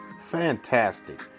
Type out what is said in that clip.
fantastic